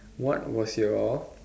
what was your